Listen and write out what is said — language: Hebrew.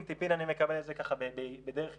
טיפין-טיפין אני מקבל את זה בדרך ייסורים.